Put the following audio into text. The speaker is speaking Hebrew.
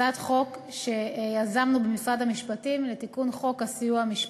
הצעת חוק שיזמנו במשרד המשפטים לתיקון חוק הסיוע המשפטי.